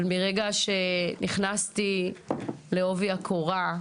אבל, מרגע שנכנסתי לעובי הקורה,